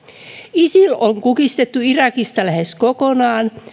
isil on kukistettu irakista lähes kokonaan